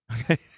Okay